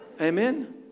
Amen